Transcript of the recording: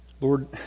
Lord